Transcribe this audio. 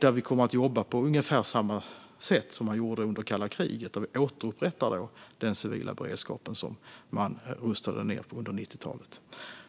Där kommer vi att jobba på ungefär samma sätt som under kalla kriget, och vi återupprättar den civila beredskap som rustades ned under 90-talet.